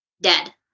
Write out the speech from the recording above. dead